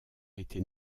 été